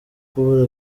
kubura